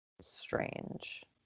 strange